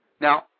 Now